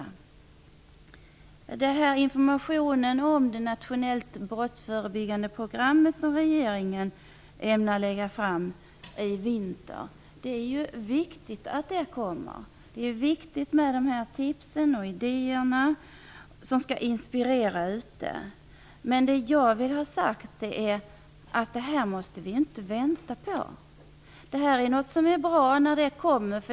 Det är viktigt att det kommer information om det nationellt brottsförebyggande program som regeringen ämnar lägga fram i vinter. Det är viktigt med tipsen och idéerna som skall inspirera ute i samhället. Men det måste vi inte vänta på. Det är någonting som är bra när det kommer.